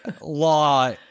law